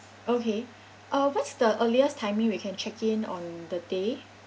okay uh what's the earliest timing we can check in on the day